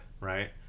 right